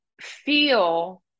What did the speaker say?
feel